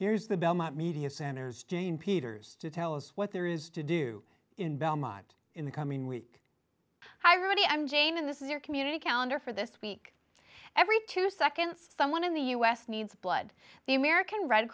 here's the belmont media centers team peters to tell us what there is to do in belmont in the coming week hi rudy i'm jane and this is your community calendar for this week every two seconds someone in the u s needs blood the american red